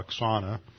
Oksana